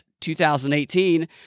2018